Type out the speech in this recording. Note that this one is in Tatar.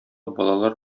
балалар